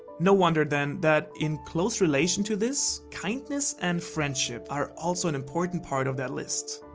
no wonder then, that in close relation to this, kindness and friendship are also an important part of that list.